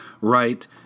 right